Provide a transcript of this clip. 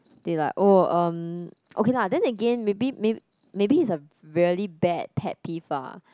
they like oh um okay lah then again maybe maybe it's a really bad pet peeve ah